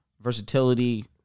versatility